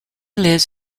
lives